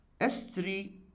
s3